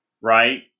right